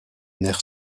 nerf